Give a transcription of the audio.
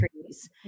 trees